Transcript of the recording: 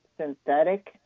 synthetic